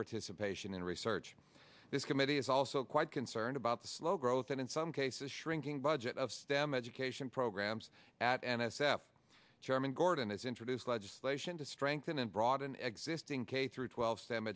participation in research this committee is also quite concerned about the slow growth and in some cases shrinking budget of them education programs at n s f chairman gordon has introduced legislation to strengthen and broaden existing k through twelve stem